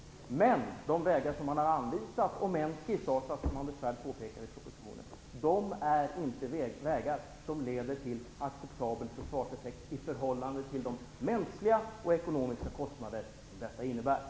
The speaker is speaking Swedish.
Men de vägar som man har anvisat i propositionen är inte vägar som leder till acceptabel försvarseffekt i förhållande till de mänskliga och ekonomiska kostnader som detta innebär.